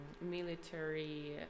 military